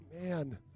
man